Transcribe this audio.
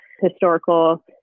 historical